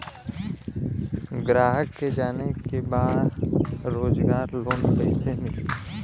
ग्राहक के जाने के बा रोजगार लोन कईसे मिली?